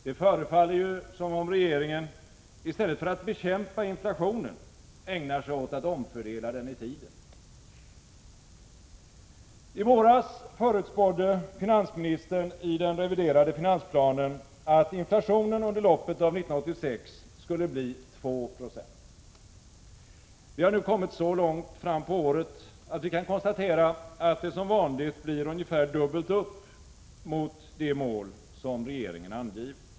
Det förefaller som om regeringen i stället för att bekämpa inflationen ägnar sig åt att omfördela den i tiden. I våras förutspådde finansministern i den reviderade finansplanen att inflationen under loppet av 1986 skulle bli 2 26. Vi har nu kommit så långt fram på året att vi kan konstatera att det som vanligt blir ungefär dubbelt upp mot det mål som regeringen angivit.